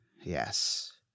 Yes